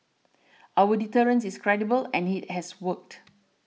our deterrence is credible and it has worked